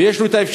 ויש לו האפשרות,